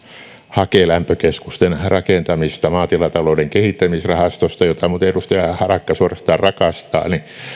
hakelämpökeskusten rakentamista maatilatalouden kehittämisrahastosta jota muuten edustaja harakka suorastaan rakastaa